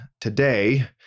today